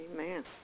Amen